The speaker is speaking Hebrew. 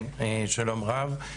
שלום רב.